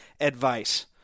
advice